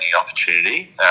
opportunity